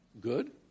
Good